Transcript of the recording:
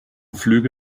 flüge